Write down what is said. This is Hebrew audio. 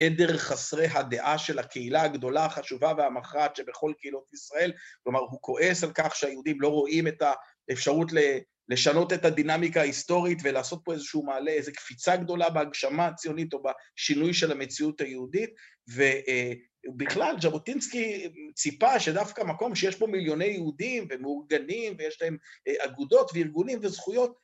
‫עדר חסרי הדעה של הקהילה ‫הגדולה, החשובה והמכרעת ‫שבכל קהילות ישראל. ‫כלומר, הוא כועס על כך שהיהודים ‫לא רואים את האפשרות ‫לשנות את הדינמיקה ההיסטורית ‫ולעשות פה איזשהו מעלה, ‫איזו קפיצה גדולה בהגשמה הציונית ‫או בשינוי של המציאות היהודית. ‫ובכלל, ז'בוטינסקי ציפה שדווקא ‫מקום שיש פה מיליוני יהודים ‫והם מאורגנים ויש להם ‫אגודות וארגונים וזכויות...